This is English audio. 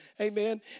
Amen